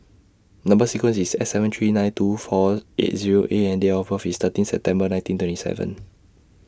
Number sequence IS S seven three nine two four eight Zero A and Date of birth IS thirteenth September nineteen twenty seven